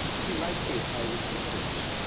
he liked the italian primitives,